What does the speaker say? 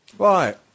Right